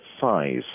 size